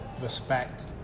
respect